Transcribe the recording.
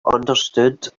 understood